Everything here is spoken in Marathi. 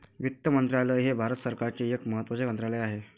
वित्त मंत्रालय हे भारत सरकारचे एक महत्त्वाचे मंत्रालय आहे